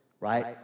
Right